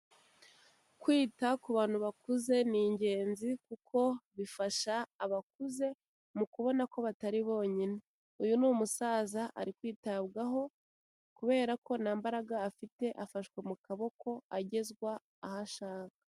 Kwita ku bantu bakuze ni ingenzi kuko bifasha abakuze mu kubona ko batari bonyine. Uyu ni umusaza ari kwitabwaho kubera ko nta mbaraga afite, afashwa mu kaboko, agezwa aho ashaka.